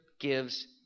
gives